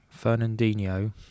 Fernandinho